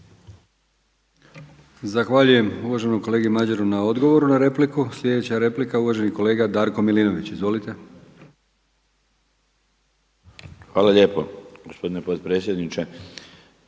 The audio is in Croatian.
Zahvaljujem uvaženom kolegi Madjeru na odgovoru na repliku. Sljedeća replika uvaženi kolega Darko Milinović. Izvolite. **Milinović, Darko (HDZ)** Hvala lijepo gospodine potpredsjedniče.